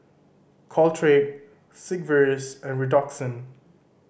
Caltrate Sigvaris and Redoxon